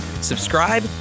Subscribe